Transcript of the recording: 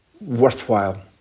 worthwhile